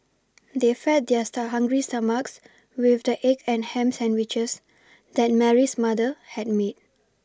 they fed their stuck hungry stomachs with the egg and ham sandwiches that Mary's mother had made